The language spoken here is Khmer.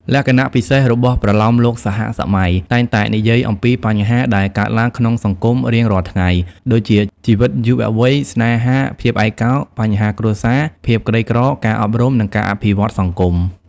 លក្ខណៈពិសេសរបស់ប្រលោមលោកសហសម័យតែងតែនិយាយអំពីបញ្ហាដែលកើតឡើងក្នុងសង្គមរៀងរាល់ថ្ងៃ ដូចជា ជីវិតយុវវ័យ ស្នេហា ភាពឯកោ បញ្ហាគ្រួសារ ភាពក្រីក្រ ការអប់រំ និងការអភិវឌ្ឍន៌សង្គម។